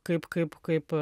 kaip kaip kaip